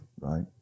Right